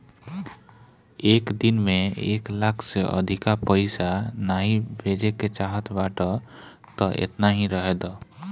एक दिन में एक लाख से अधिका पईसा नाइ भेजे चाहत बाटअ तअ एतना ही रहे दअ